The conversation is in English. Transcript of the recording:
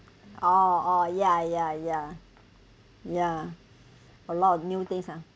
oh ya ya ya ya a lot of new things ah